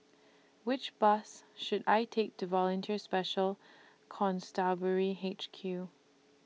Which Bus should I Take to Volunteer Special Constabulary H Q